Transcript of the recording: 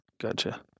Gotcha